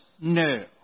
No